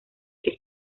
que